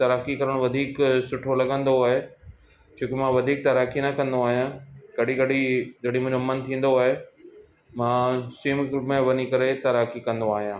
तैराकी करणु वधीक सुठो लॻंदो आहे छोकी मां वधीक तैराकी न कंदो आहियां कॾहिं कॾहिं जॾहिं मुंहिंजो मन थींदो आहे मां स्विमिंग पूल में वञी करे तैराकी कंदो आहियां